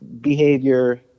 behavior